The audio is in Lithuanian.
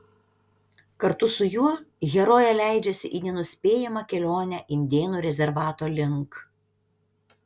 kartu su juo herojė leidžiasi į nenuspėjamą kelionę indėnų rezervato link